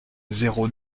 zéro